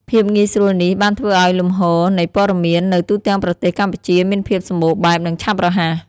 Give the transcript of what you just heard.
ភាពងាយស្រួលនេះបានធ្វើឱ្យលំហូរនៃព័ត៌មាននៅទូទាំងប្រទេសកម្ពុជាមានភាពសម្បូរបែប និងឆាប់រហ័ស។